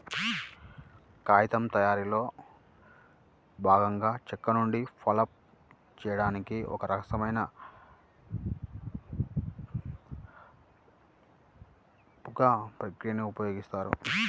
కాగితం తయారీలో భాగంగా చెక్క నుండి పల్ప్ చేయడానికి ఒక రసాయన పల్పింగ్ ప్రక్రియని వాడుతారు